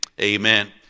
amen